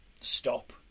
stop